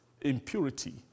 impurity